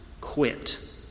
quit